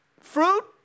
fruit